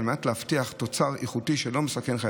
ועל מנת להבטיח תוצר איכותי שלא מסכן חיי